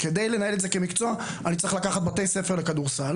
כדי לנהל את זה כמקצוע אני צריך לקחת בתי ספר לכדורסל,